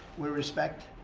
we respect,